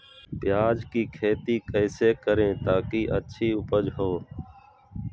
प्याज की खेती कैसे करें ताकि अच्छी उपज हो?